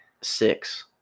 six